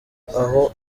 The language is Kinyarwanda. aho